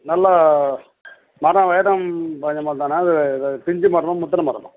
நல்லா மரம் வைரம் பாய்ஞ்சமரந்தானா இல்லை அது பிஞ்சு மரமா முத்தின மரமா